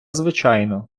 звичайну